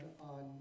on